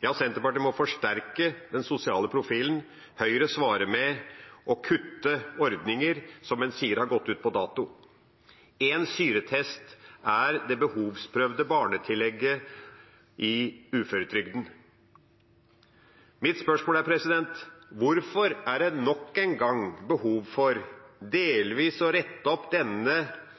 Senterpartiet må forsterke sin sosiale profil – Høyre svarer med å kutte ordninger som en sier har gått ut på dato. En syretest er det behovsprøvde barnetillegget i uføretrygden. Mitt spørsmål er: Hvorfor er det nok en gang behov for delvis å rette opp